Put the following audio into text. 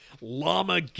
Llama